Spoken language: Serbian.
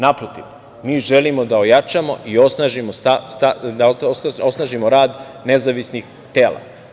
Naprotiv, mi želimo da ojačamo i osnažimo rad nezavisnih tela.